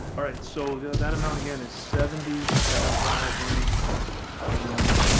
alright, so yeah that amount again, is seventy seven thousand and,